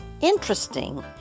interesting